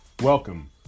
Welcome